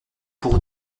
pour